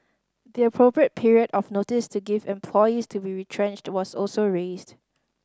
the appropriate period of notice to give employees to be retrenched was also raised